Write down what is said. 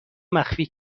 مخفی